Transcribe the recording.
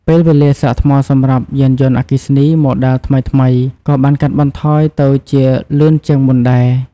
ពេលវេលាសាកថ្មសម្រាប់យានយន្តអគ្គីសនី ម៉ូដែលថ្មីៗ ក៏បានកាត់បន្ថយទៅជាលឿនជាងមុនដែរ។